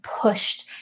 pushed